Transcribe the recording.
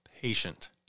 patient